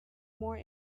more